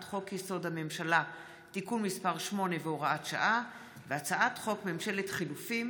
חוק-יסוד: הממשלה (תיקון מס' 8 והוראת שעה) והצעת חוק ממשלת חילופים